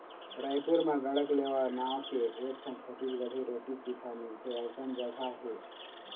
रइपुर म गढ़कलेवा नांव के एकठन छत्तीसगढ़ी रोटी पिठा मिलथे अइसन जघा हे